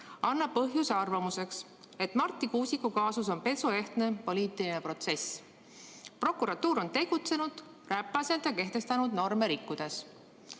annab põhjust arvata, et Marti Kuusiku kaasus on pesuehtne poliitiline protsess. Prokuratuur on tegutsenud räpaselt ja kehtestatud norme rikkudes.